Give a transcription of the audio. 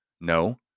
No